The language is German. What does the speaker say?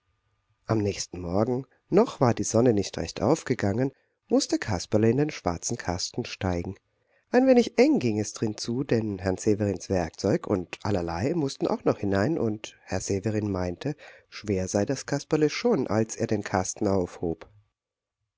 am nächsten morgen noch war die sonne nicht recht aufgegangen mußte kasperle in den schwarzen kasten steigen ein wenig eng ging es drin zu denn herrn severins werkzeug und allerlei mußten auch noch hinein und herr severin meinte schwer sei das kasperle schon als er den kasten aufhob